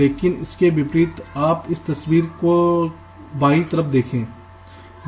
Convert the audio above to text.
लेकिन इसके विपरीत आप इस तस्वीर को दाईं ओर देखते हैं